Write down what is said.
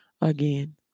again